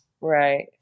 Right